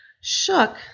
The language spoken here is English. Shook